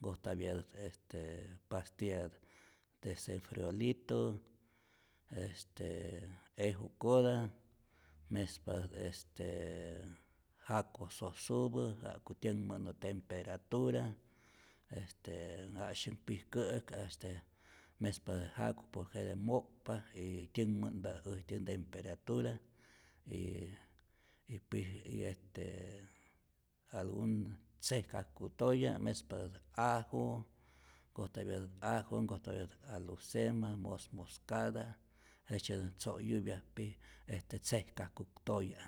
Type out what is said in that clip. nkojtapyatät estee pastia desemfriolito, estee eju'kota mespatät estee jako sosupä ja'ku tyänhmä'nu temperatura, estee janu'syaj pijkä'äk este mespatä jako' por que jete mo'kpa y tyänhmä'npa äjtyä ntemperatura y y pij y este algun tzejkajku'toya mespatät ajo, nkojtapyatät ajo, nkojtapyatät alusema, mosmoscata, jejtzyetät ntzo'yäpya pij este ntzejkajkuk toya.